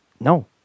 No